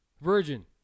Virgin